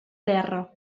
terra